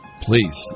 Please